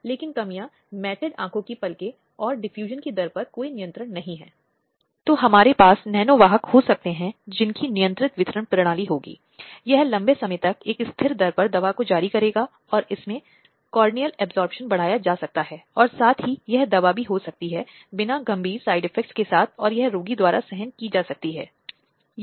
यह एक ऐसी चीज है जो दिनों दिन बढ़ती जा रही है जगह जगह पर विभिन्न तकनीकों के आने के साथ चाहे मोबाइल फोन आदि हो जहां कई स्थितियों में अलग अलग वीडियो क्लिप या महिलाओं की आपत्तिजनक तस्वीरें बनाई जा रही हैं परिचालित किया जा रहा है आदि